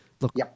look